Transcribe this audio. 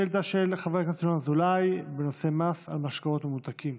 שאילתה של חבר הכנסת ינון אזולאי בנושא מס על משקאות ממותקים.